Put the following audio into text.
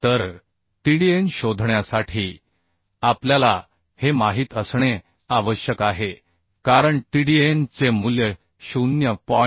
तर TDN शोधण्यासाठी आपल्याला हे माहित असणे आवश्यक आहे कारण TDN चे मूल्य 0